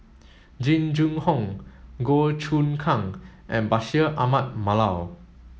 Jing Jun Hong Goh Choon Kang and Bashir Ahmad Mallal